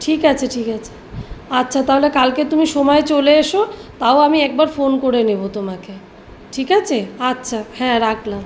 ঠিক আছে ঠিক আছে আচ্ছা তাহলে কালকে তুমি সময়ে চলে এসো তাও আমি একবার ফোন করে নেবো তোমাকে ঠিক আছে আচ্ছা হ্যাঁ রাখলাম